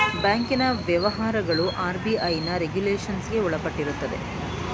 ಬ್ಯಾಂಕಿನ ವ್ಯವಹಾರಗಳು ಆರ್.ಬಿ.ಐನ ರೆಗುಲೇಷನ್ಗೆ ಒಳಪಟ್ಟಿರುತ್ತದೆ